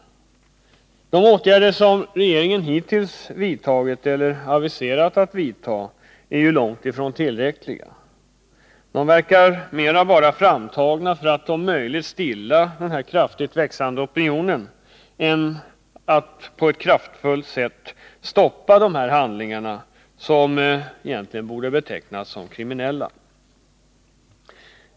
De åtgärder som regeringen hittills vidtagit eller aviserat att vidta är långt ifrån tillräckliga. De verkar vara framtagna mer för att om möjligt stilla den kraftigt växande opinionen än för att på ett kraftfullt sätt stoppa dessa handlingar, som egentligen borde betecknas som kriminella.